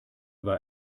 war